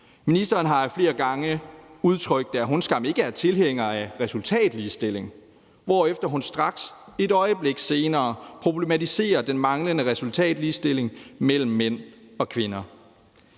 Ministeren har ad flere gange udtrykt, at hun skam ikke er tilhænger af resultatligestilling, hvorefter hun straks et øjeblik senere problematiserer den manglende resultatligestilling mellem mænd og kvinder.